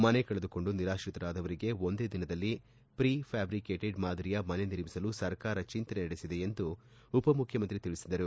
ಮನೆ ಕಳೆದುಕೊಂಡು ನಿರಾತ್ರಿತರಾದವರಿಗೆ ಒಂದೇ ದಿನದಲ್ಲಿ ಪ್ರೀ ಫ್ಯಾಬ್ರಿಕೇಟೆಡ್ ಮಾದರಿಯ ಮನೆ ನಿರ್ಮಿಸಲು ಸರ್ಕಾರ ಚಿಂತನೆ ನಡೆಸಿದೆ ಎಂದು ಉಪಮುಖ್ಯಮಂತ್ರಿ ತಿಳಿಸಿದರು